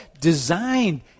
designed